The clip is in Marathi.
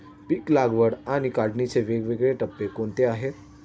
पीक लागवड आणि काढणीचे वेगवेगळे टप्पे कोणते आहेत?